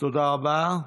תודה רבה.